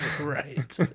Right